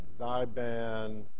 Zyban